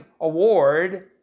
award